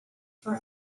for